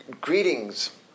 Greetings